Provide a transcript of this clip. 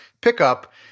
pickup